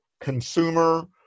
consumer